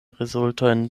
rezultojn